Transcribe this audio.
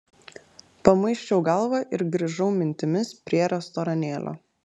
pamuisčiau galvą ir grįžau mintimis prie restoranėlio